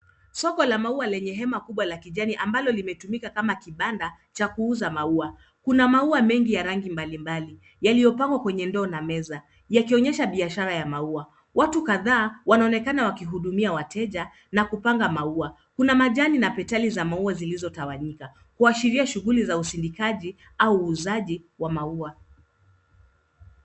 Soko la maua lenye hema kubwa la kijani ambalo limetumika kama kibanda cha kuuza maua. Kuna maua mengi ya rangi mbalimbali yaliyopangwa kwenye ndoo na meza yakionyesha biashara ya maua. Watu kadhaa wanaonekana wakihudumia wateja na kupanga maua. Kuna majani na petali za maua zilizotawanyika kuashiria shughuli za usindikaji au uuzaji wa maua.